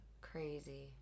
crazy